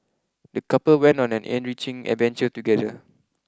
the couple went on an enriching adventure together